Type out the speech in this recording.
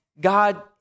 God